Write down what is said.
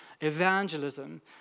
evangelism